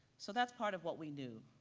so that's part of what we knew.